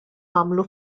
għamlu